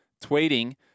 tweeting